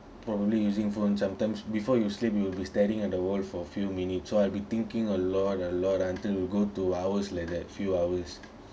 probably using phone sometimes before you sleep you will be staring at the wall for a few minutes so I'll be thinking a lot a lot until you go two hours like that few hours